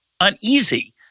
uneasy